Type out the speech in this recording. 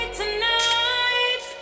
tonight